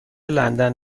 لندن